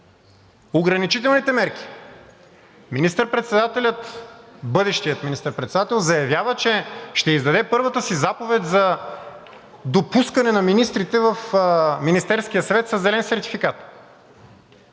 Ограничителните мерки. Бъдещият министър-председател заявява, че ще издаде първата си заповед за допускане на министрите в Министерския съвет със зелен сертификат.